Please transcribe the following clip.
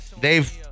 Dave